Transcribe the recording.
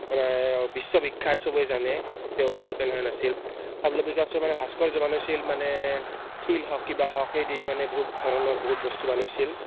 মানে বিশ্ববিখ্যাত সবে জানে তেওঁক তেওঁ কেনেহেন আছিল পাবল' পিকাচ'য়ে মানে ভাস্কৰ্য্য বনাইছিল মানে শিল হওক কিবা হওক সেই দি মানে বহুত ধৰণৰ বহুত বস্তু বনাইছিল